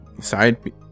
side